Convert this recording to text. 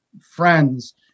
friends